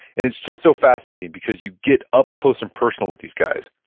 and it's just so fascinating, because you get up close and personal with these guys.